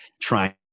trying